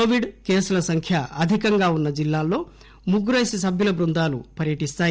Covid కేసుల సంఖ్య అధికంగా వున్న జిల్లాల్లో ముగ్గురేసి సభ్యుల బృందాలు పర్భటిస్తాయి